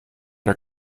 der